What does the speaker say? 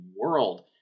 world